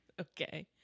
Okay